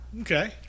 Okay